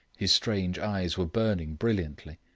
his strange eyes were burning brilliantly.